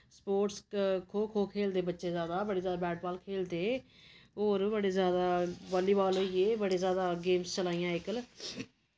sports kho kho खेलदे बच्चे ज्यादा बड़े ज्यादा बैट बाल खेलदे होर बी बड़े ज्यादा बालीबाल होई गे बड़े ज्यादा गेम्स चली दी अज्जकल